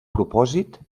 propòsit